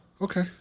Okay